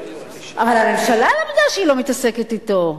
אבל הממשלה למדה שהיא לא מתעסקת אתו.